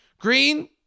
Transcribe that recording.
Green